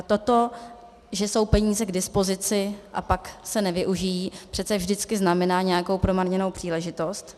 To, že jsou peníze k dispozici a pak se nevyužijí, přece vždycky znamená nějakou promarněnou příležitost.